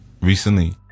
recently